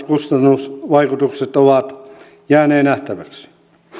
kustannusvaikutukset ovat jäänee nähtäväksi